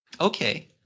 Okay